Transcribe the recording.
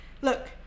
Look